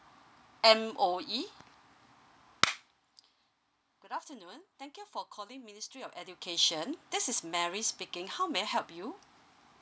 M_O_E good afternoon thank you for calling ministry of education this is mary speaking how may I help you